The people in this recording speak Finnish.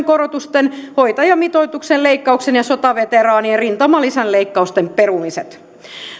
korotusten hoitajamitoituksen leikkauksen ja sotaveteraanien rintamalisän leikkausten perumiset